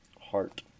heart